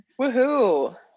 Woohoo